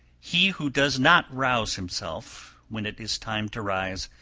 he who does not rouse himself when it is time to rise,